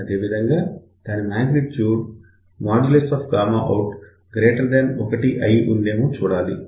అదేవిధంగా దాని magnitude out 1 అయి ఉందేమో చూసుకోవాలి